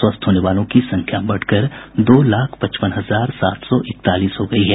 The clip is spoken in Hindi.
स्वस्थ होने वालों की संख्या बढ़कर दो लाख पचपन हजार सात सौ इकतालीस हो गयी है